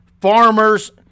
Farmers